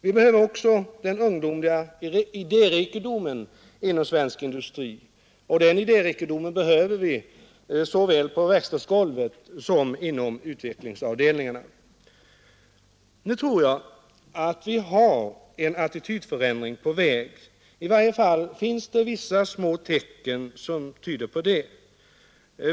Vi behöver också den ungdomliga idérikedomen inom svensk industri, och den idérikedomen behöver vi såväl på verkstadsgolvet som inom utvecklingsavdelningarna. Jag tror att en attitydförändring är på väg. Vissa små tecken tyder i varje fall på det.